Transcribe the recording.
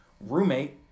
roommate